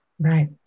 right